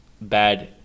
bad